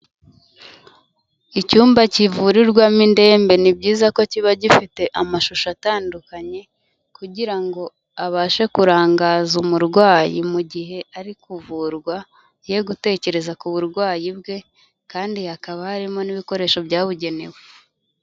Icyumba kivurirwamo indembe ni byiza ko kiba gifite amashusho atandukanye kugira ngo abashe kurangaza umurwayi, mu gihe ari kuvurwa ye gutekereza ku burwayi bwe kandi hakaba harimo n'ibikoresho byabugenewe.